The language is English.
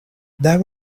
there